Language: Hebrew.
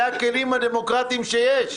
אלה הכלים הדמוקרטיים שיש.